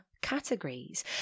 Categories